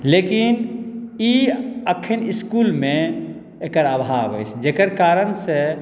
लेकिन ई अखन इसकुलमे एकर आभाव अछि जेकर कारण से